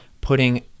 putting